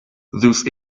those